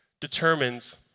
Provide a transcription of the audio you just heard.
determines